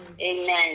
Amen